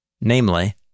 namely